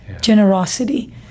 generosity